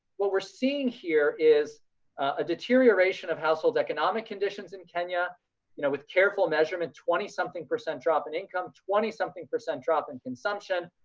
what we're seeing here is a deterioration of households economic conditions in kenya you know with careful measurement, twenty something percent drop in income, twenty something percent drop in consumption,